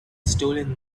stolen